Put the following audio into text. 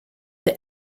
they